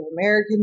American